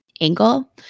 angle